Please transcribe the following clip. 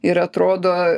ir atrodo